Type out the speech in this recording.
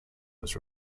was